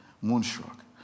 moonstruck